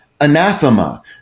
anathema